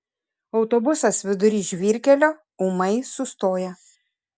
autobusas vidury žvyrkelio ūmai sustoja